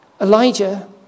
Elijah